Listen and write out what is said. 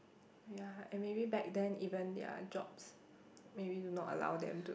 ya and maybe back then even their jobs maybe not allow them to